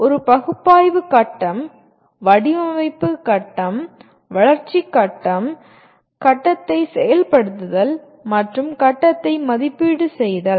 ஒரு பகுப்பாய்வு கட்டம் வடிவமைப்பு கட்டம் வளர்ச்சி கட்டம் கட்டத்தை செயல்படுத்துதல் மற்றும் கட்டத்தை மதிப்பீடு செய்தல்